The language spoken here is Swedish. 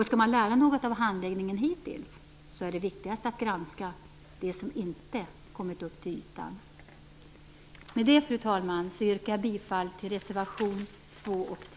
Skall man lära något av handläggningen hittills, är det viktigast att granska det som inte har kommit upp till ytan. Med detta, fru talman, yrkar jag bifall till reservationerna 2 och 3.